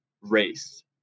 race